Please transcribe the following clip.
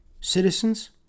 citizens